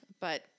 But-